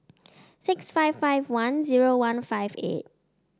six five five one zero one five eight